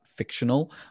fictional